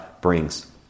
brings